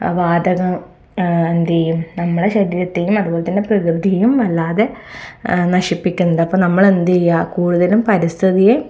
വാതകം എന്തു ചെയ്യും നമ്മുടെ ശരീരത്തിനും അതുപോലെ തന്നെ പ്രകൃതിയും വല്ലാതെ നശിപ്പിക്കുന്നത് അപ്പം നമ്മളെന്തെയ്യാ കൂടുതലും പരിസ്ഥിതിയെ